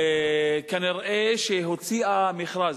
כנראה הוציאה מכרז,